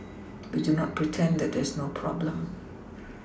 we do not pretend that there is no problem